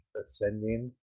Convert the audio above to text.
ascending